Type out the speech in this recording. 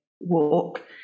walk